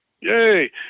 yay